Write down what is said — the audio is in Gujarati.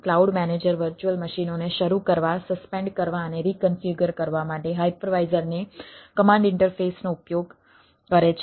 ક્લાઉડ મેનેજર વર્ચ્યુઅલ મશીનોને શરૂ કરવા સસ્પેન્ડ કરવા માટે હાઇપરવાઇઝરને કમાન્ડ ઇન્ટરફેસનો ઉપયોગ કરે છે